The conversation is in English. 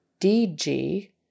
DG